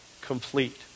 complete